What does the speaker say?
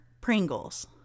Pringles